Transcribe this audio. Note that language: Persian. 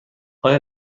آیا